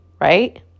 right